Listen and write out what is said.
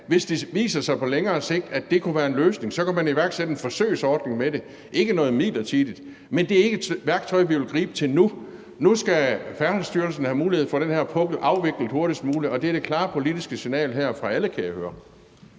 Hvis det på længere sigt viser sig, at det kunne være en løsning, så kunne man iværksætte en forsøgsordning med det, ikke noget midlertidigt. Men det er ikke et værktøj, vi vil gribe til nu. Nu skal Færdselsstyrelsen have mulighed for at få den her pukkel afviklet hurtigst muligt, og det er det klare politiske signal her fra alle, kan jeg høre.